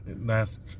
last